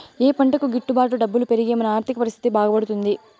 ఏ పంటకు గిట్టు బాటు డబ్బులు పెరిగి మన ఆర్థిక పరిస్థితి బాగుపడుతుంది?